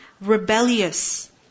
rebellious